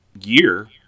year